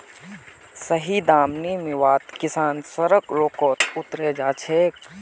सही दाम नी मीवात किसान सड़क रोकोत उतरे जा छे